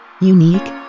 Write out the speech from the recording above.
Unique